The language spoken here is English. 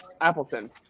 Appleton